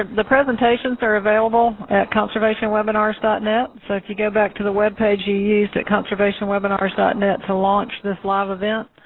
the presentations are available at conservationwebinars net. so if you go back to the web page you used at conservationwebinars dot net to launch this live event,